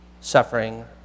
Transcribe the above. suffering